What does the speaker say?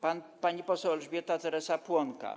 Pani poseł Elżbieta Teresa Płonka.